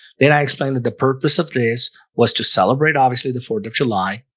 then i explained that the purpose of this was to celebrate. obviously the fourth of july.